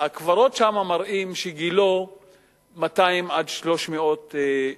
הקברים שם מראים שגילו 200 300 שנים.